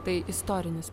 tai istorinis